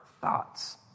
thoughts